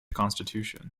constitution